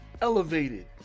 elevated